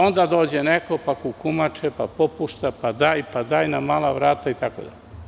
Onda dođe neko pa kukumače, pa popušta, pa daj na mala vrata itd.